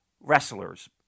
wrestlers